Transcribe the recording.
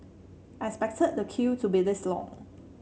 I expected the queue to be this long